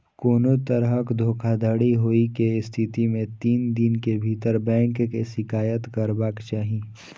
कोनो तरहक धोखाधड़ी होइ के स्थिति मे तीन दिन के भीतर बैंक के शिकायत करबाक चाही